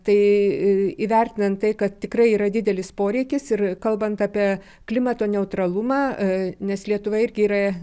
tai įvertinant tai kad tikrai yra didelis poreikis ir kalbant apie klimato neutralumą nes lietuva irgi yra